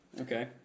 okay